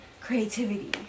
creativity